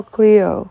Cleo